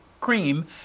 cream